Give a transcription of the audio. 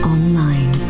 Online